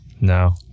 no